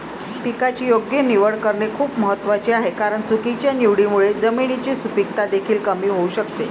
पिकाची योग्य निवड करणे खूप महत्वाचे आहे कारण चुकीच्या निवडीमुळे जमिनीची सुपीकता देखील कमी होऊ शकते